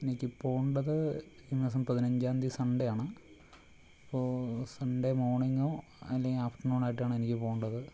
എനിക്ക് പോകേണ്ടത് ഈ മാസം പതിനഞ്ചാം തീയതി സൺഡേ ആണ് അപ്പോൾ സൺഡേ മോർണിങ്ങോ അല്ലങ്കിൽ ആഫ്റ്റർനൂൺ ആയിട്ടാണ് എനിക്ക് പോകേണ്ടത്